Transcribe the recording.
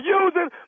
using